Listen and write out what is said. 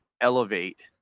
elevate